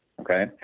Okay